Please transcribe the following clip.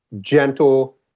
gentle